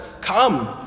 Come